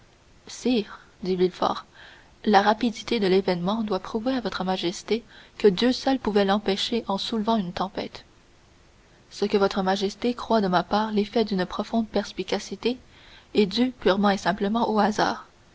sire dit villefort la rapidité de l'événement doit prouver à votre majesté que dieu seul pouvait l'empêcher en soulevant une tempête ce que votre majesté croit de ma part l'effet d'une profonde perspicacité est dû purement et simplement au hasard